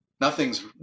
nothing's